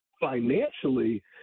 financially –